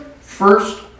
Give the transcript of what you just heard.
first